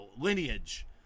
Lineage